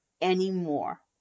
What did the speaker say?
anymore